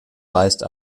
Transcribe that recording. weist